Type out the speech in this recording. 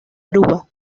aruba